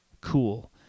cool